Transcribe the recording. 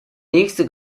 nächste